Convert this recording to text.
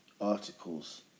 articles